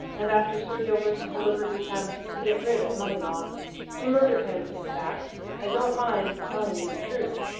and after sir gilbert's deliberate attempt to get rid of moneylaws to murder him, in fact i don't mind telling you the truth.